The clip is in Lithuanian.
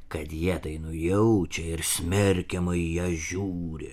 kad jie tai nujaučia ir smerkiamai į ją žiūri